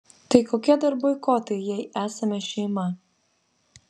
tai kokie dar boikotai jei esame šeima